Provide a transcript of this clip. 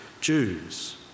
Jews